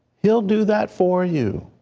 he will do that for you.